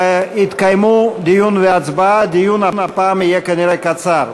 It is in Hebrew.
יתקיימו דיון והצבעה, הדיון הפעם יהיה כנראה קצר.